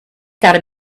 gotta